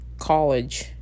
College